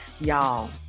y'all